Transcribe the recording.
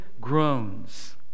groans